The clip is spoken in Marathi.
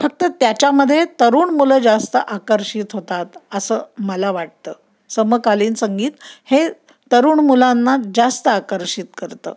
फक्त त्याच्यामध्ये तरुण मुलं जास्त आकर्षित होतात असं मला वाटतं समकालीन संगीत हे तरुण मुलांना जास्त आकर्षित करतं